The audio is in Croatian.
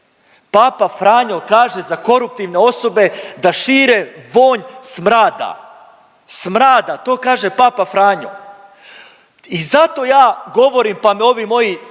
Papa Franjo kaže za koruptivne osobe da šire vonj smrada, smrada! To kaže Papa Franjo i zato ja govorim, pa me ovi moji